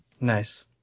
Nice